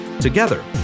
Together